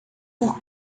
por